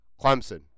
Clemson